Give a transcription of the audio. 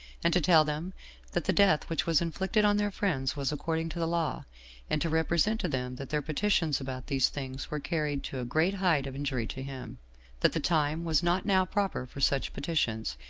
and to tell them that the death which was inflicted on their friends was according to the law and to represent to them that their petitions about these things were carried to a great height of injury to him that the time was not now proper for such petitions,